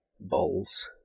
bowls